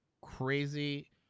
crazy